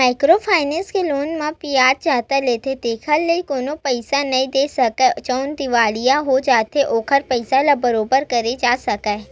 micro finance के loan म बियाज जादा लेथे जेखर ले कोनो पइसा नइ दे सकय जउनहा दिवालिया हो जाथे ओखर पइसा ल बरोबर करे जा सकय